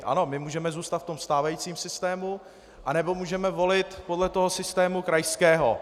Ano, my můžeme zůstat ve stávajícím systému, anebo můžeme volit podle systému krajského.